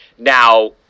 Now